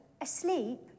asleep